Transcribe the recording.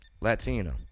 Latino